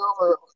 over